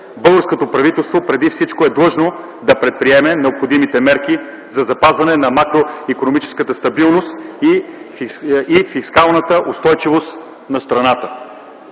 българското правителство преди всичко е длъжно да предприеме необходимите мерки за запазване на макроикономическата стабилност и фискалната устойчивост на страната.